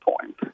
point